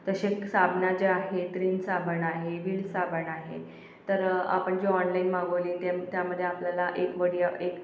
तसेच साबणाचे आहेत रिन साबण आहे व्हील साबण आहे तर आपण जे ऑनलाईन मागवले ते त्यामध्ये आपल्याला एक वडी एक